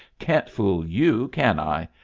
can't fool you, can i?